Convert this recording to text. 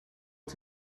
dat